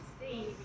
see